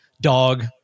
dog